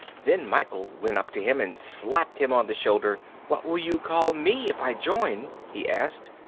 then michael went up to him and slapped him on the shoulder. what will you call me if i join? he asked.